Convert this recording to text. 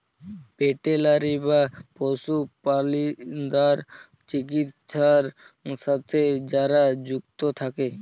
veterinary বা পশু প্রালিদ্যার চিকিৎছার সাথে যারা যুক্ত থাক্যে